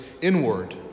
inward